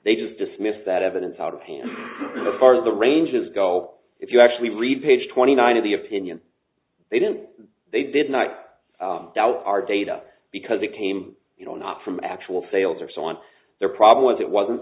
they just dismissed that evidence out of hand the part of the ranges go if you actually read page twenty nine of the opinion they didn't they did not doubt our data because it came not from actual sales or so on their problem was it wasn't